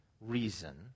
reason